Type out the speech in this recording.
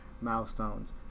milestones